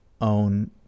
own